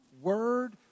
word